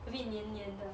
a bit 黏黏的